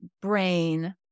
brain